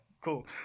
cool